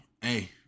hey